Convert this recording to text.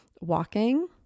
walking